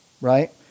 right